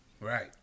right